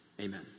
amen